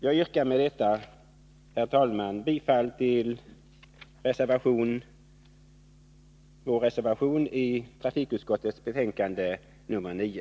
Jag yrkar med detta, herr talman, bifall till vår reservation i trafikutskottets betänkande nr 9.